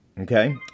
okay